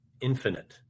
infinite